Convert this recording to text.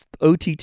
OTT